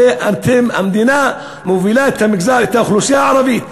הרי המדינה מובילה את האוכלוסייה הערבית,